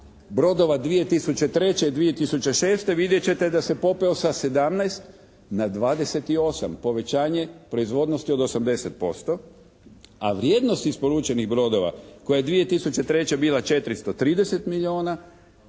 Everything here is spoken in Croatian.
brodova 2003. i 2006. vidjet ćete da se popeo sa 17 na 28, povećanje proizvodnosti od 80%, a vrijednost isporučenih brodova koja je 2003. bila 430 milijuna,